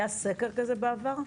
היה סקר כזה בעבר?